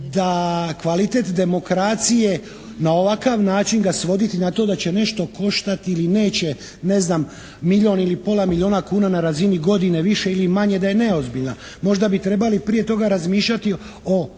da kvalitet demokracije na ovakav način ga svoditi na to da će nešto koštati ili neće, ne znam, milijun ili pola milijuna kuna na razini godine više ili manje, da je neozbiljna. Možda bi trebali prije toga razmišljati o nekakvim